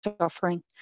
suffering